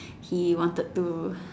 he wanted to